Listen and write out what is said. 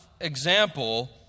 example